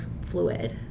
fluid